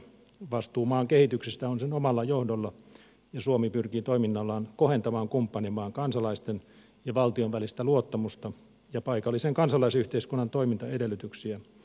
vastuu maan kehityksestä on sen omalla johdolla ja suomi pyrkii toiminnallaan kohentamaan kumppanimaan kansalaisten ja valtion välistä luottamusta ja paikallisen kansalaisyhteiskunnan toimintaedellytyksiä